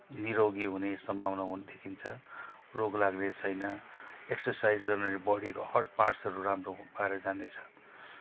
निरोगी हुने सम्भावनाहरू देखिन्छ रोग लाग्ने छैन एक्सरसाइज गर्नाले बडीको हर पार्ट्सहरू राम्रो भएर जानेछ